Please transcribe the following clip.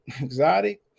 exotic